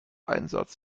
einsatz